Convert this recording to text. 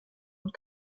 und